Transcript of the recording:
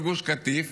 בגוש קטיף.